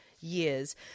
years